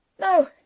No